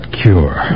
cure